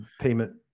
payment